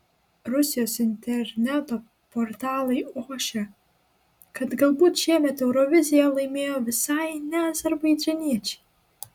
rusijos interneto portalai ošia kad galbūt šiemet euroviziją laimėjo visai ne azerbaidžaniečiai